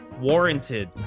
warranted